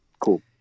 cool